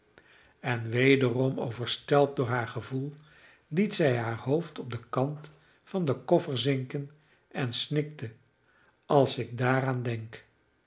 en wederom overstelpt door haar gevoel liet zij haar hoofd op den kant van den koffer zinken en snikte als ik daaraan denk